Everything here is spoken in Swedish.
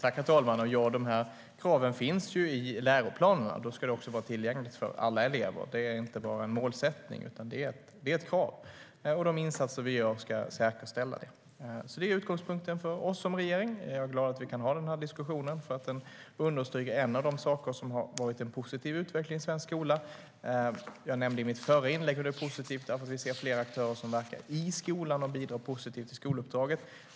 Herr talman! De här kraven finns i läroplanerna. Då ska detta också vara tillgängligt för alla elever. Det är inte bara en målsättning, utan det är ett krav. De insatser vi gör ska säkerställa det. Det är utgångspunkten för oss som regering. Jag är glad att vi kan ha denna diskussion, för den understryker en av de saker som har varit en positiv utveckling i svensk skola. Jag nämnde i mitt förra inlägg att det är positivt att vi ser fler aktörer som verkar i skolan och bidrar positivt till skoluppdraget.